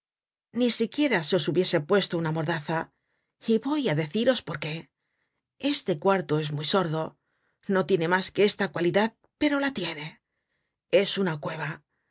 ni siquiera se os hubiese puesto una mordaza y voy á deciros por qué este cuarto es muy sordo no tiene mas que esta cualidad pero la tiene es una cueva